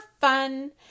fun